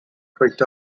picked